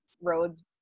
roads